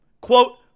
quote